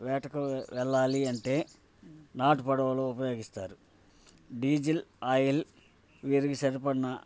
వేటకు వెళ్ళాలి అంటే నాటు పడవలు ఉపయోగిస్తారు డీజిల్ ఆయిల్ వీరికి సరిపడే